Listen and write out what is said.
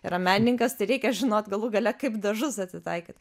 yra menininkas tai reikia žinot galų gale kaip dažus atitaikyt